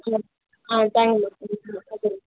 ஆ thank you மா வச்சுடுங்க